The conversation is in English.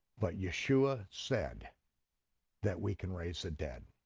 but yeshua said that we can raise the dead.